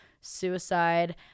suicide